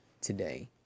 today